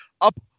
up